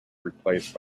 replaced